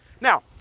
Now